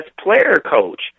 player-coach